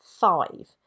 five